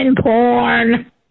porn